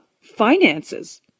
finances